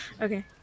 Okay